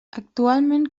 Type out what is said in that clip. actualment